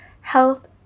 health